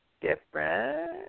Different